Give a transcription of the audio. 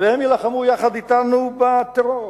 והם יילחמו אתנו בטרור.